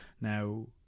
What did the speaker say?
Now